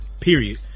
period